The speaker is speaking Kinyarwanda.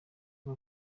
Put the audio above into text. iyo